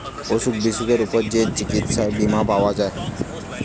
অসুখ বিসুখের উপর যে চিকিৎসার বীমা পাওয়া যায়